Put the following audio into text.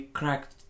cracked